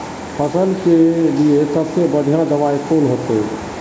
फसल के लिए सबसे बढ़िया दबाइ कौन होते?